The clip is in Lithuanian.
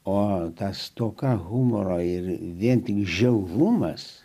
o tą stoką humorą ir vien tik žiaurumas